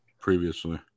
previously